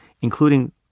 including